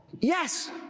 Yes